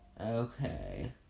Okay